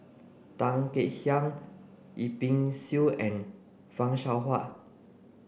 Tan Kek Hiang Yip Pin Xiu and Fan Shao Hua